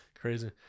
Crazy